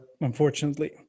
unfortunately